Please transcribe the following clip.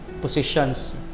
positions